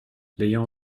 l’ayant